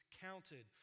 counted